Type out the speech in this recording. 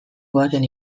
goazen